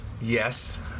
Yes